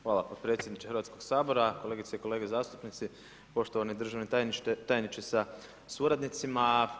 Hvala potpredsjedniče Hrvatskoga sabora, kolegice i kolege zastupnici, poštovani državni tajniče sa suradnicima.